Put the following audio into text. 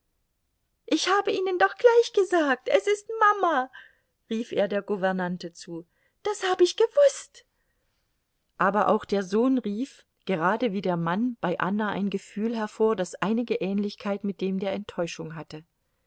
ich hab ihnen doch gleich gesagt es ist mama rief er der gouvernante zu das hab ich gewußt aber auch der sohn rief gerade wie der mann bei anna ein gefühl hervor das einige ähnlichkeit mit dem der enttäuschung hatte